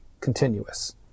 continuous